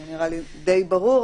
זה נראה לי די ברור,